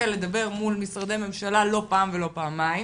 לדבר מול משרדי ממשלה לא פעם ולא פעמיים,